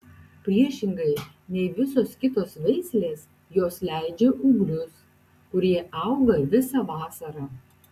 priešingai nei visos kitos veislės jos leidžia ūglius kurie auga visą vasarą